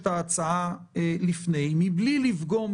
הכנסת יכולה לאשר את התקציב לפי חוק-היסוד ביום שהוא מגיע?